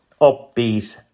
upbeat